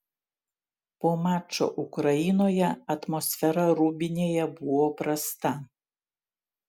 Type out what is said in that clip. po mačo ukrainoje atmosfera rūbinėje buvo prasta